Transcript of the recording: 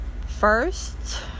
first